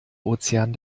ozean